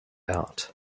out